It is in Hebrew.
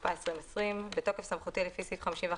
התשפ"א 2020 בתוקף סמכותי לפי סעיף 51